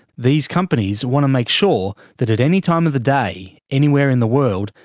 these companies want to make sure that at any time of the day, anywhere in the world,